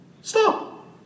Stop